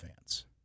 fans